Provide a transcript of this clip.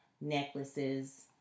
necklaces